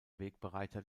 wegbereiter